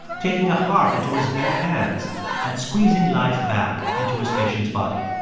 taking a heart into his bare hands and squeezing life back into his patient's body.